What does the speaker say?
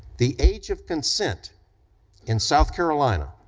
the age of consent in south carolina,